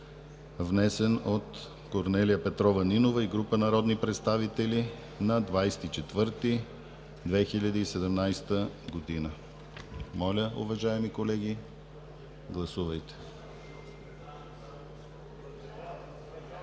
внесен от Корнелия Петрова Нинова и група народни представители на 20 април 2017 г. Моля, уважаеми колеги, гласуваме.